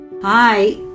Hi